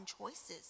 choices